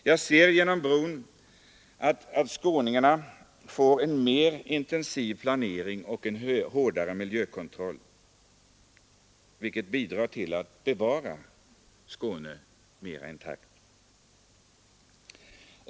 Jag ser genom brons tillkomst att skåningarna får en mera intensiv planering och en hårdare miljökontroll, vilket bidrar till att bevara Skåne mera intakt.